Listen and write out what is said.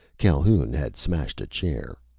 calhoun had smashed a chair.